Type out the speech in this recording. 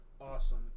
awesome